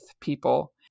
people